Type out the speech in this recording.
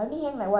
uh